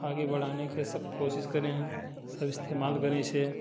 आगे बढ़ाने के सब कोशिश करें सब इस्तेमाल करें इसे